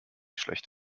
schlecht